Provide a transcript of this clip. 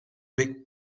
big